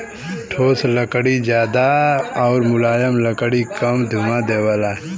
ठोस लकड़ी जादा आउर मुलायम लकड़ी कम धुंआ देवला